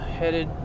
headed